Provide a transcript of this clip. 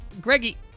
Greggy